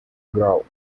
grove